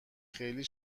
خیلی